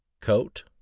Coat